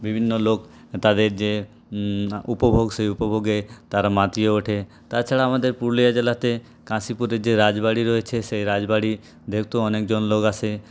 বিভিন্ন লোক তাদের যে উপভোগ সেই উপভোগে তারা মাতিয়ে ওঠে তাছাড়া আমাদের পুরুলিয়া জেলাতে কাশীপুরের যে রাজবাড়ি রয়েছে সেই রাজবাড়ি দেখতেও অনেকজন লোক আসে